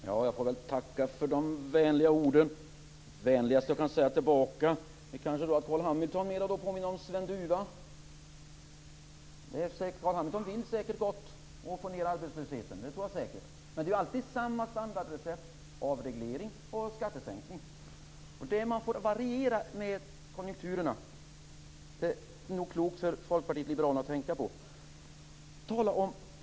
Herr talman! Jag får tacka för de vänliga orden. Carl B Hamilton påminner kanske mer om Sven Duva. Han vill säkert gott, men det är alltid samma standardrecept: avreglering och skattesänkning. Men man måste variera med konjunkturerna. Det vore nog klokt av Folkpartiet att tänka på det.